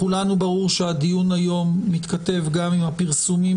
לכולנו ברור שהדיון היום מתכתב גם עם הפרסומים